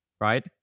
right